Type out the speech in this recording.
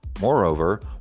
Moreover